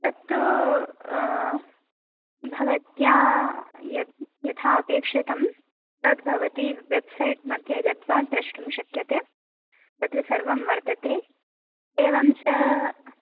तत्तु भवत्या यद् यथा अपेक्षितं तद्भवती वेब्सैट्मध्ये गत्वा द्रष्टुं शक्यते तत्र सर्वं वर्तते एवं च